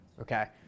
okay